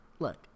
Look